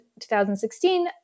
2016